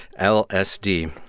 LSD